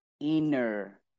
inner